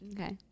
Okay